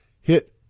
Hit